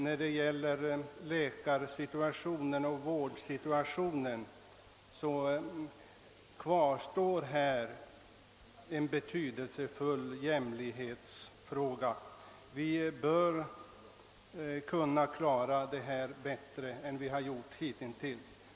När det gäller läget på läkaroch vårdområdet kvarstår en betydande brist i jämlikhetsavseende. Vi bör kunna klara detta bättre än vi gjort hitintills.